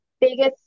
biggest